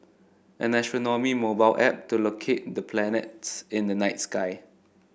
an astronomy mobile app to locate the planets in the night sky